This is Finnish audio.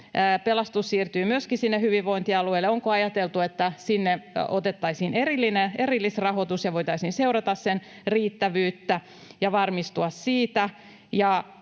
Pelastus siirtyy myöskin sinne hyvinvointialueille. Onko ajateltu, että sinne otettaisiin erillisrahoitus ja voitaisiin seurata sen riittävyyttä ja varmistua siitä?